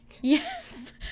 Yes